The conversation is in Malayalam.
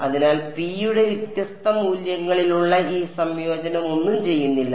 അതിനാൽ p യുടെ വ്യത്യസ്ത മൂല്യങ്ങളിലുള്ള ഈ സംയോജനം ഒന്നും ചെയ്യുന്നില്ല